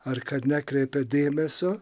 ar kad nekreipia dėmesio